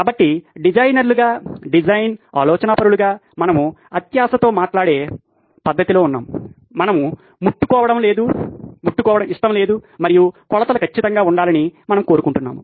కాబట్టి డిజైనర్లుగా డిజైన్ ఆలోచనాపరులుగా మనము అత్యాశతో మాట్లాడే పద్ధతిలో ఉన్నాము మనకు ముట్టుకోవడంకోవడం ఇష్టం లేదు మరియు కొలతలు ఖచ్చితంగా ఉండాలని మనము కోరుకుంటున్నాము